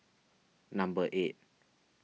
number eight